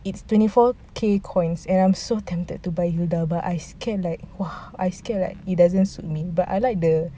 it's twenty four K coins and I'm so tempted to buy hilda but I scared like !wah! I scared like it doesn't suit me but I like the